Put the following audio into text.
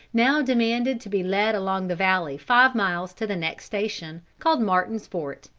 now demanded to be led along the valley five miles to the next station, called martin's fort.